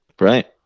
right